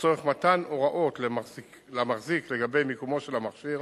לצורך מתן הוראות למחזיק לגבי מיקומו של המכשיר,